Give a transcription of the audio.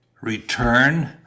Return